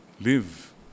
live